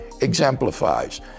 exemplifies